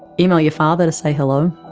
email your father to say hello?